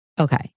Okay